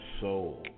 soul